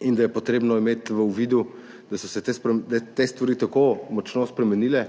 in da je treba imeti v uvidu, da so se te stvari tako močno spremenile,